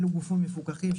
אלו גופים מפוקחים,